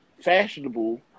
fashionable